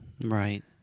Right